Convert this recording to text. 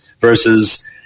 Versus